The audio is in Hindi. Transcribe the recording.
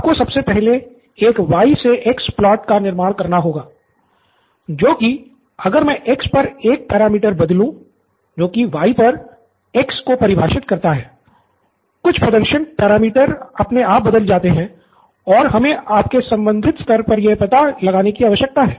आपको सबसे पहले एक Y से X प्लॉट अपने आप बदल जाते हैं और हमें आपके संबंधित स्तर पर यह पता लगाने की आवश्यकता है